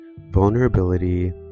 vulnerability